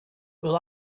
will